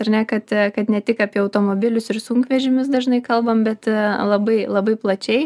ar ne kad a kad ne tik apie automobilius ir sunkvežimius dažnai kalbam bet a labai labai plačiai